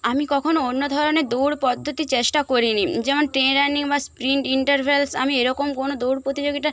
আমি কখনও অন্য ধরনের দৌড় পদ্ধতি চেষ্টা করিনি যেমন ট্রেন রানিং বা স্প্রিন্ট ইন্টারভ্যালস আমি এরকম কোনো দৌড় প্রতিযোগিতা